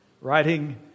writing